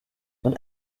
not